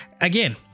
again